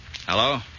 Hello